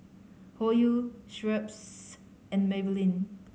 Hoyu Schweppes and Maybelline